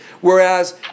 Whereas